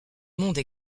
monde